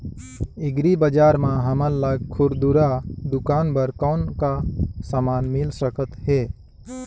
Agri बजार म हमन ला खुरदुरा दुकान बर कौन का समान मिल सकत हे?